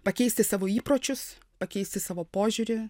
pakeisti savo įpročius pakeisti savo požiūrį